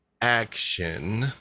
action